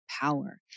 power